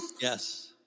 yes